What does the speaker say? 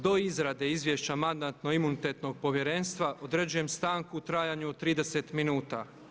Do izrade izvješća Mandatno-imunitetnog povjerenstva određujem stanku u trajanju od 30 minuta.